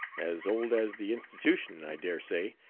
as old as the institution i dare say,